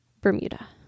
Bermuda